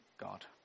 God